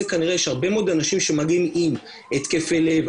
כנראה יש הרבה מאוד אנשים שמגיעים עם התקפי לב,